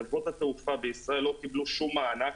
חברות התעופה בישראל לא קיבלו שום מענק.